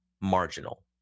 marginal